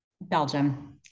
Belgium